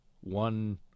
one